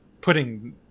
putting